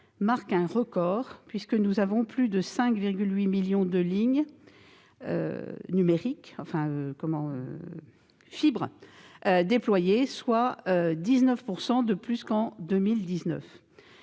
marque un record puisque plus de 5,8 millions de lignes numériques ont été déployées, soit 19 % de plus qu'en 2019.